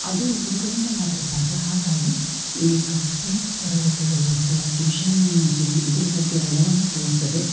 ಅದು ಗುರುಗಳಿಂದ ಮಾತ್ರ ಸಾಧ್ಯ ಹಾಗಾಗಿ ಈ ಖಾಸಗಿ ತರಗತಿಗಳು ಅಥವಾ ಟ್ಯೂಷನ್ ಏನು ಅಂತೀವಿ ಇದರ ಬಗ್ಗೆ ಒಲವನ್ನು ತೋರಿಸದೆ